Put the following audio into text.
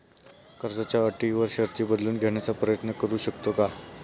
कर्जाच्या अटी व शर्ती बदलून घेण्याचा प्रयत्न करू शकतो का?